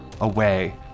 away